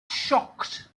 shocked